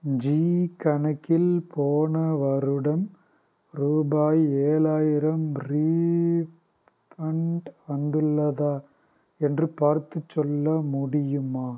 ஜீ கணக்கில் போன வருடம் ரூபாய் ஏழாயிரம் ரீஃபண்ட் வந்துள்ளதா என்று பார்த்து சொல்ல முடியுமா